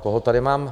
Koho tady mám?